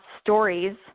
stories